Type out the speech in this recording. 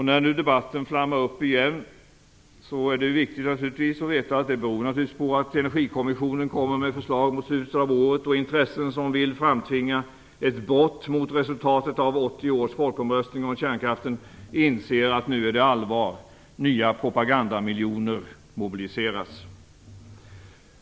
När nu debatten flammar upp igen är det naturligtvis viktigt att veta att det beror på att Energikommissionen kommer med förslag mot slutet av året. Intressen som vill framtvinga ett brott mot resultatet av 1980 års folkomröstning om kärnkraften inser att det nu är allvar. Nya propagandamiljoner mobiliseras.